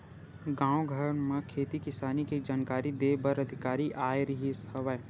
गाँव घर म खेती किसानी के जानकारी दे बर अधिकारी आए रिहिस हवय